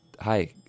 Hi